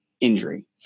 injury